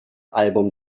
album